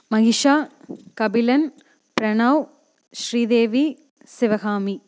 Mahisha Kapilan Pranav Sridevi Sivakami